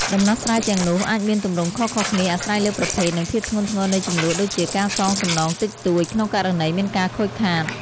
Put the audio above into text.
ដំណោះស្រាយទាំងនោះអាចមានទម្រង់ខុសៗគ្នា អាស្រ័យលើប្រភេទ និងភាពធ្ងន់ធ្ងរនៃជម្លោះ ដូចជា ការសងសំណងតិចតួច ក្នុងករណីមានការខូចខាត។